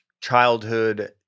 childhood